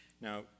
Now